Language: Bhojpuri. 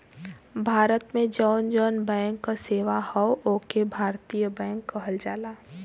भारत में जौन जौन बैंक क सेवा हौ ओके भारतीय बैंक कहल जाला